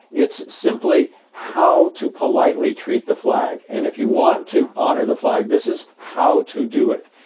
it's simply how to politely treat the flag. and if you want to honor the flag, this is how to do it.